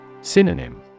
Synonym